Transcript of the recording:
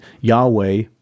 Yahweh